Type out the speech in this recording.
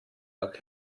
nach